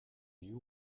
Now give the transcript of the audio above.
you